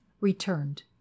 returned